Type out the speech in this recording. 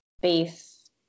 base